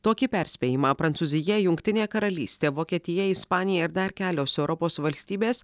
tokį perspėjimą prancūzija jungtinė karalystė vokietija ispanija ir dar kelios europos valstybės